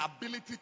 ability